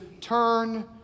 turn